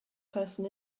person